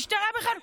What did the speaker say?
זה לא סותר.